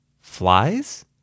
Flies